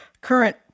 current